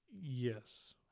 Yes